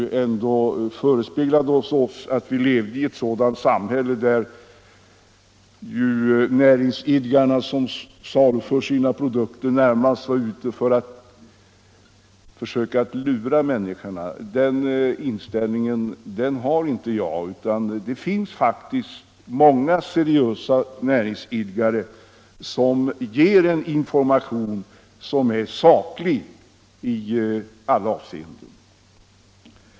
Hon framställde det som om vi levde i ett samhälle där näringsidkarna då de saluför sina produkter närmast är ute för att försöka vilseleda människorna. Den inställningen har inte jag. De flesta är seriösa näringsidkare och ger en i alla avseenden godtagbar information.